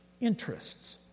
Interests